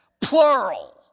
plural